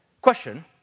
Question